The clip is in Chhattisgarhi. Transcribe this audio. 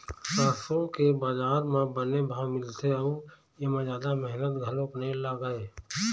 सरसो के बजार म बने भाव मिलथे अउ एमा जादा मेहनत घलोक नइ लागय